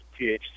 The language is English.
THC